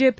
JP